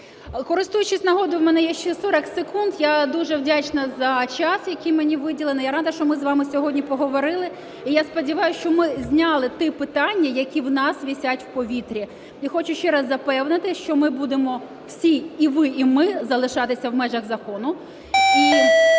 Користуючись нагодою, у мене є ще 40 секунд. Я дуже вдячна за час, який мені виділений. Я рада, що ми з вами сьогодні поговорили. І я сподіваюсь, що ми зняли ті питання, які у нас висять в повітрі. Я хочу ще раз запевнити, що ми будемо всі і ви, і ми залишатися в межах закону